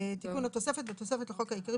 תיקון התוספת 7. בתוספת לחוק העיקרי,